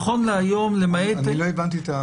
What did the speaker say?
לא הבנתי.